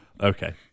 Okay